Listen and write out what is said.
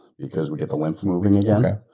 because we get the lymph moving again. okay.